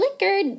liquor